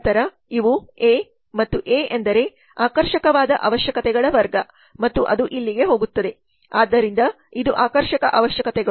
ನಂತರ ಇವು ಎ ಮತ್ತು ಎ ಎಂದರೆ ಆಕರ್ಷಕವಾದ ಅವಶ್ಯಕತೆಗಳ ವರ್ಗ ಮತ್ತು ಅದು ಇಲ್ಲಿಗೆ ಹೋಗುತ್ತದೆ ಆದ್ದರಿಂದ ಇದು ಆಕರ್ಷಕ ಅವಶ್ಯಕತೆಗಳು